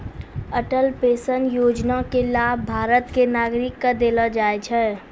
Atal pension योजना के लाभ भारत के नागरिक क देलो जाय छै